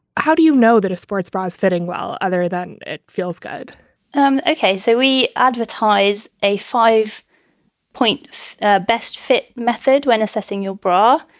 how do you know that a sports bra is fitting? well, other than it feels good um okay. so we advertise a five point ah best fit method when assessing your bra.